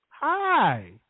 Hi